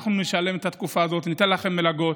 אנחנו נשלם על התקופה הזאת, ניתן לכם מלגות.